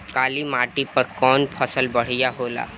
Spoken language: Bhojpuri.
काली माटी पर कउन फसल बढ़िया होला?